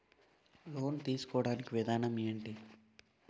Loan తీసుకోడానికి విధానం ఏంటి?